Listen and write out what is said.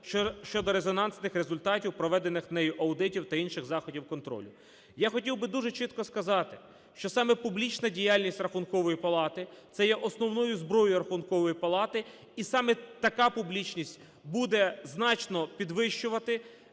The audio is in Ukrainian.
щодо резонансних результатів проведених нею аудитів та інших заходів контролю. Я хотів би дуже чітко сказати, що саме публічна діяльність Рахункової палати - це є основною зброєю Рахункової плати, і саме така публічність буде значно підвищувати